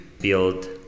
build